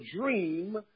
dream